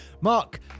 Mark